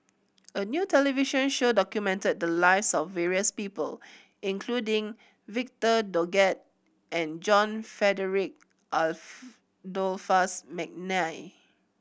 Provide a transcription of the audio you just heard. a new television show documented the lives of various people including Victor Doggett and John Frederick Adolphus McNair